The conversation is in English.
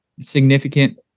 significant